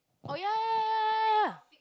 oh ya ya ya ya ya